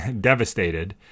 devastated